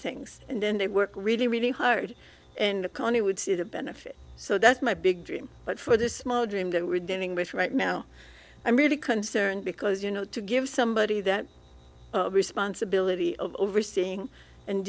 things and then they work really really hard and the county would see the benefit so that's my big dream but for the small dream that we're dealing with right now i'm really concerned because you know to give somebody that responsibility of overseeing and